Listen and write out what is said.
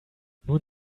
nun